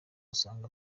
usanga